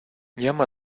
llama